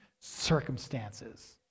Circumstances